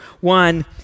one